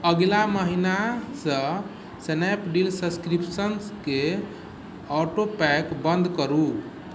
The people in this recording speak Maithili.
अगिला महिनासँ स्नैपडील सब्सक्रिप्शनके ऑटो पैक बन्द करू